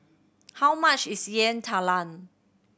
how much is Yam Talam